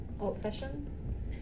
old-fashioned